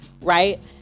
right